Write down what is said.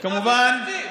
זה כמובן, תעבירו תקציב.